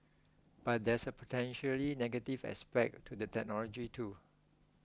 but there's a potentially negative aspect to the technology too